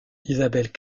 isabelle